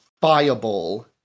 fireball